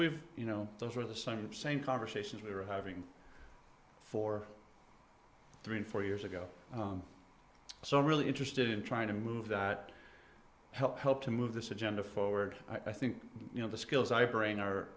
we've you know those are the same same conversations we were having for three and four years ago so i'm really interested in trying to move help help to move this agenda forward i think you know the skills i